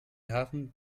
hafen